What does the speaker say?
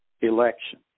election